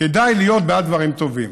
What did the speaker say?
כדאי להיות בעד דברים טובים,